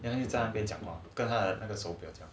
the 就站在那边讲跟他那个谁